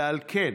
ועל כן